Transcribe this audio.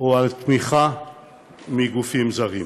או על תמיכה מגופים זרים.